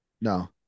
no